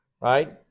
right